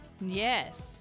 Yes